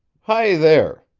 hi, there!